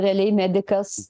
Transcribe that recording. realiai medikas